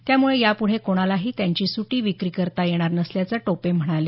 त्यामुळे याप्ढे कोणालाही त्यांची सुटी विक्री करता येणार नसल्याचं टोपे म्हणाले